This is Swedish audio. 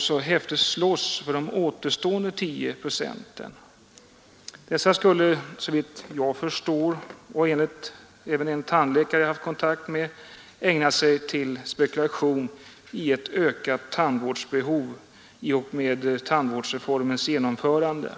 så häftigt slåss för de återstående 10 procenten. Såvitt jag förstår och enligt en tandläkare som jag har haft kontakt med skulle dessa ägna sig åt spekulationer i ett ökat tandvårdsbehov i och med tandvårdsreformens genomförande.